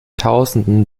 tausenden